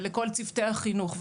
ולכל צוותי החינוך,